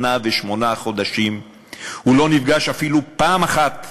שנה ושמונה חודשים הוא לא נפגש אפילו פעם אחת,